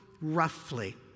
roughly